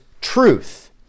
truth